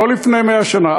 לא לפני 100 שנה,